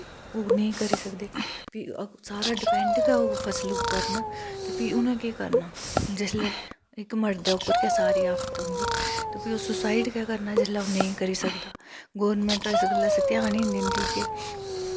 ओह् नेईं करी सकदे फ्ही सारा डपैंड गै फसल उप्पर न ते फ्ही उनैं केह् करना जिसलै इक मड़दै उप्पर गै सारी आफत औंदी ते फ्ही उस सुसाईड़ गै करना जिसलै ओह् नेईं करी सकदा गौरमैंट इस गल्लै आस्सै ध्यान गै नी दिंदी के